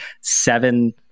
seven